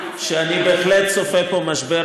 שאני בהחלט צופה פה משבר